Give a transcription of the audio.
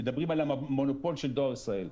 שמדברים על המונופול של דואר ישראל.